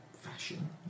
fashion